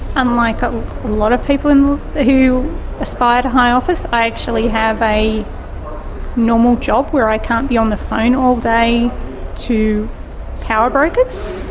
unlike a lot of people and who aspire to high office i actually have a normal job where i can't be on the phone all day to powerbrokers.